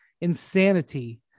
insanity